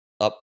up